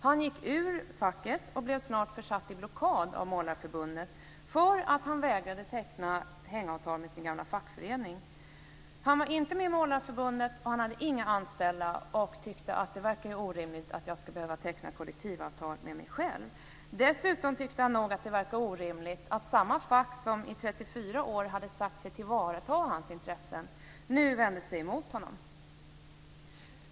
Han gick ur facket, och blev snart försatt i blockad av Målarförbundet eftersom han vägrade teckna hängavtal med sin gamla fackförening. Han var inte med i Målarförbundet. Han hade inga anställda, och tyckte att det verkade orimligt att han skulle behöva teckna kollektivavtal med sig själv. Dessutom tyckte han nog att det verkade orimligt att samma fack som i 34 år hade sagt sig tillvarata hans intressen, nu vände sig emot honom.